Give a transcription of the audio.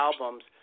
albums